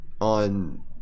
On